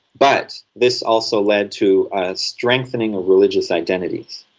but this also led to a strengthening of religious identities.